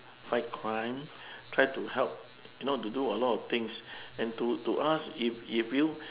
fight crime try to help you know to do a lot of things and to to us if if you